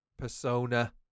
Persona